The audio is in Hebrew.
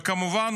וכמובן,